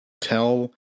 tell